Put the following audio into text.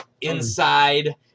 inside